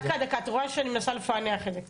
דקה, את רואה שאני מנסה לפענח את זה.